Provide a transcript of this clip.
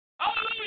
Hallelujah